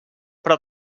però